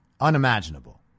unimaginable